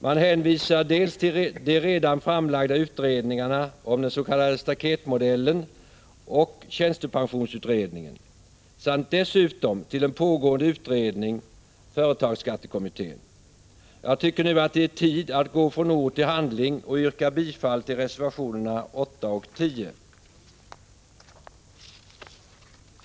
Man hänvisar dels till de redan framlagda utredningarna om den s.k. staketmodellen och tjänstepensionsutredningen samt dessutom till en pågående utredning — företagsskattekommittén. Jag tycker nu att det är tid att gå från ord till handling och yrkar bifall till reservationerna 8 och 10.